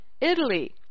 Italy